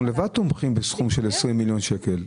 אנחנו לבד תומכים בסכום של עשרים מיליון שקלים.